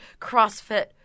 CrossFit